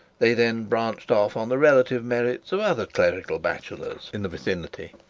they then branched off on the relative merits of other clerical bachelors in the vicinity,